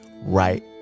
right